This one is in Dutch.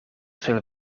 veel